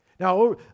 Now